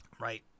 right